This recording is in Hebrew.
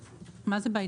מה זה בעניין?